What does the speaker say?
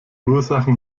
ursachen